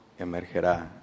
emergerá